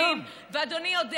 ושני מטבחים, ואדוני יודע.